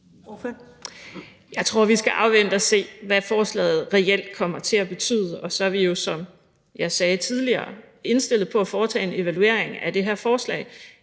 Jeg tror, at vi skal afvente og se, hvad forslaget reelt kommer til at betyde. Og så er vi jo, som jeg sagde tidligere, indstillet på at foretage en evaluering af det her forslag.